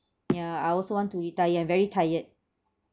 yeah I also want to retire I'm very tired